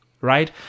right